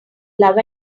love